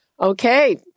Okay